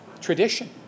tradition